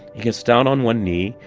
he gets down on one knee,